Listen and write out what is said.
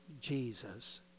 Jesus